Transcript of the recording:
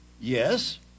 Yes